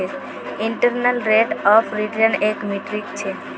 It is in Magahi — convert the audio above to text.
इंटरनल रेट ऑफ रिटर्न एक मीट्रिक छ